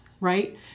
Right